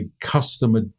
customer